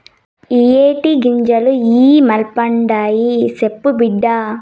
ఇయ్యే టీ గింజలు ఇ మల్పండాయి, సెప్పు బిడ్డా